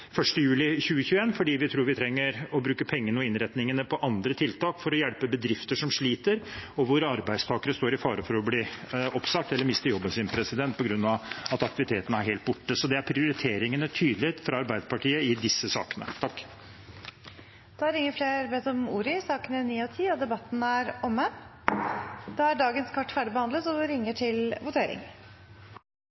juli 2021, for vi tror vi trenger å bruke pengene og innretningene på andre tiltak for å hjelpe bedrifter som sliter, og hvor arbeidstakere står i fare for å bli oppsagt eller miste jobben sin på grunn av at aktiviteten er helt borte. Det er de tydelige prioriteringene fra Arbeiderpartiet i disse sakene. Flere har ikke bedt om ordet til sakene nr. 9 og